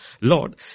Lord